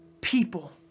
people